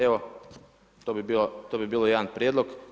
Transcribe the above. Evo, to bi bilo jedan prijedlog.